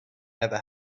never